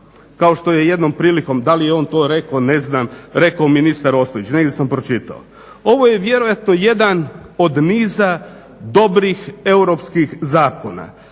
kao što je jednom prilikom, da li je on to rekao ne znam, rekao ministar Ostojić, negdje sam pročitao. Ovo je vjerojatno jedan od niza dobrih Europskih zakona,